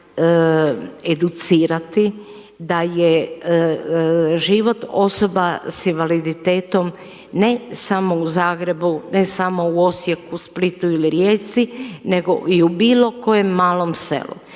da je život osoba s invaliditetom ne samo u Zagrebu, ne samo u Osijeku, Splitu ili Rijeci nego i u bilo kojem malom selu.